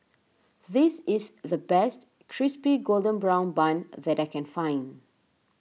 this is the best Crispy Golden Brown Bun that I can find